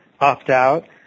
opt-out